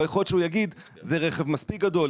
אבל יכול להיות שהוא יגיד שזה רכב מספיק גדול,